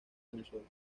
venezuela